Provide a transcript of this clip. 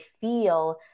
feel